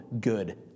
good